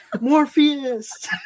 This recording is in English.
Morpheus